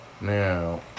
Now